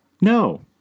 No